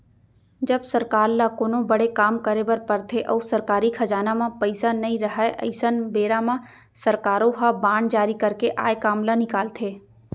जब सरकार ल कोनो बड़े काम करे बर परथे अउ सरकारी खजाना म पइसा नइ रहय अइसन बेरा म सरकारो ह बांड जारी करके आए काम ल निकालथे